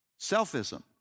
selfism